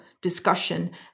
discussion